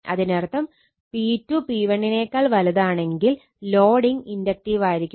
അതിനർത്ഥം P2 P1 ആണെങ്കിൽ loading ഇൻഡക്റ്റീവായിരിക്കും